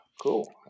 Cool